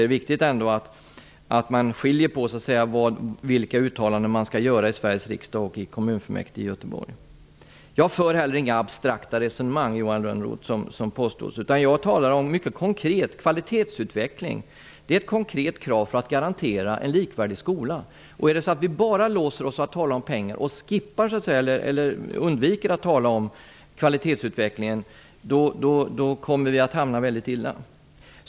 Det är viktigt att man skiljer på vilka uttalanden man skall göra i Sveriges riksdag och i kommunfullmäktige i Göteborg. Jag för inte heller några abstrakta resonemang, Johan Lönnroth. Jag talar mycket konkret om kvalitetsutveckling. Det är ett konkret krav för att garantera en likvärdig skola. Om vi bara låser oss till att tala om pengar och undviker att tala om kvalitetsutvecklingen kommer vi att hamna väldigt illa.